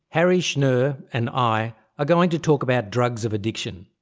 harry schnur and i are going to talk about drugs of addiction,